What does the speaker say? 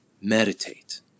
Meditate